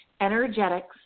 energetics